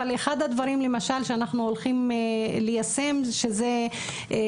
אבל אחד הדברים למשל שאנחנו הולכים ליישם זה למשל